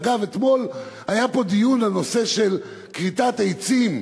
אגב, אתמול היה פה דיון על נושא כריתת עצים,